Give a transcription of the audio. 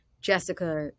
jessica